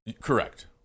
Correct